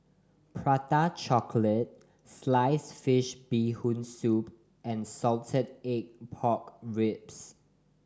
Prata Chocolate slice fish Bee Hoon Soup and salted egg pork ribs